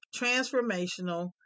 transformational